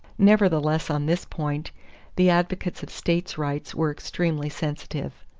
nevertheless on this point the advocates of states' rights were extremely sensitive.